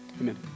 Amen